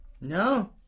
No